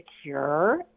secure